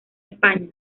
españa